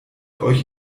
euch